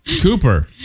Cooper